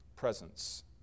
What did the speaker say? presence